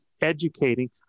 educating